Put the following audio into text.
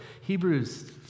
Hebrews